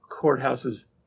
courthouses